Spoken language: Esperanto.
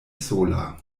sola